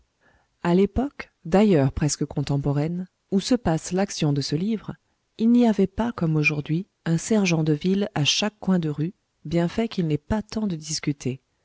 à l'époque d'ailleurs presque contemporaine où se passe l'action de ce livre il n'y avait pas comme aujourd'hui un sergent de ville à chaque coin de rue bienfait qu'il n'est pas temps de